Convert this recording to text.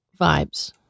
vibes